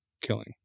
killing